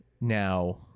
now